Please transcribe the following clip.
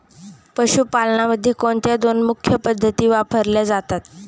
पशुपालनामध्ये कोणत्या दोन मुख्य पद्धती वापरल्या जातात?